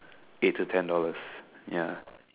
eight to ten dollars ya